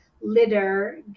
litter